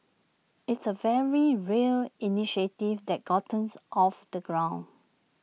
it's A very real initiative that gotten off the ground